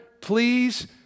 please